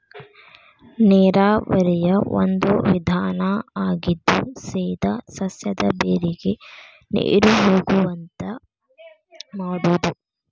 ನೇರಾವರಿಯ ಒಂದು ವಿಧಾನಾ ಆಗಿದ್ದು ಸೇದಾ ಸಸ್ಯದ ಬೇರಿಗೆ ನೇರು ಹೊಗುವಂಗ ಮಾಡುದು